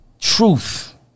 truth